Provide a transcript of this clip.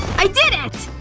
i did it!